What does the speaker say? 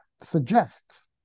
suggests